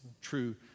true